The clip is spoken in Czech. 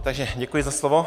Takže děkuji za slovo.